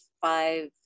five